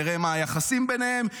נראה מה היחסים ביניהם,